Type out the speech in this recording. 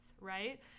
Right